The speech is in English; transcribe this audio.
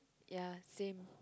ya same